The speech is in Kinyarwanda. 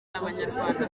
abanyarwanda